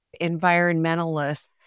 environmentalists